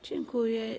Dziękuję.